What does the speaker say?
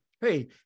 hey